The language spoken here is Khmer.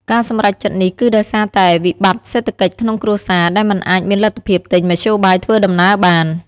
ការសម្រេចចិត្តនេះគឺដោយសារតែវិបត្តិសេដ្ឋកិច្ចក្នុងគ្រួសារដែលមិនអាចមានលទ្ធភាពទិញមធ្យោបាយធ្វើដំណើរបាន។